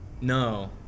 No